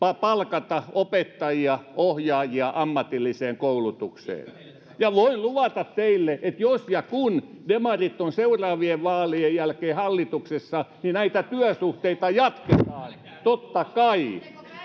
palkata opettajia ohjaajia ammatilliseen koulutukseen voin luvatta teille että jos ja kun demarit ovat seuraavien vaalien jälkeen hallituksessa niin näitä työsuhteita jatketaan totta kai